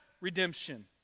redemption